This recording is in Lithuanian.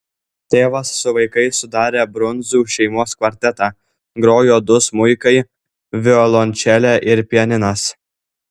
tėvas su vaikais sudarė brundzų šeimos kvartetą grojo du smuikai violončelė ir pianinas